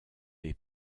est